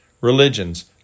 religions